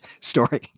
story